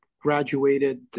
graduated